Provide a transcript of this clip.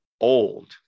Old